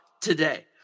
today